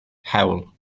hewl